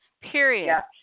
period